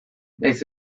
nahiz